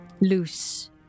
loose